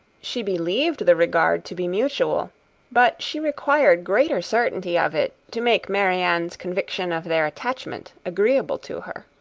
she believed the regard to be mutual but she required greater certainty of it to make marianne's conviction of their attachment agreeable to her.